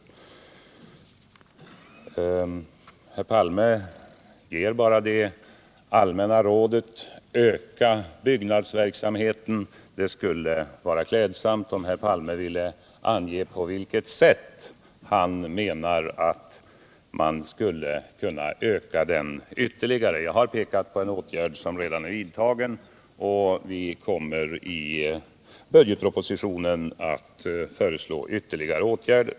Olof Palme ger bara det allmänna rådet att öka byggnadsverksamheten. Det skulle vara klädsamt om herr Palme ville ange på vilket sätt han menar att man skulle kunna öka den ytterligare. Jag har pekat på en åtgärd som redan är vidtagen, och vi kommer i budgetpropositionen att föreslå ytterligare åtgärder.